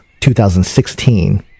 2016